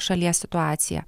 šalies situaciją